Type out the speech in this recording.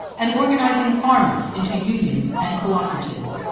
and organizing farmers into unions and cooperatives